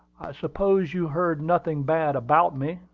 suppose you heard nothing bad about me.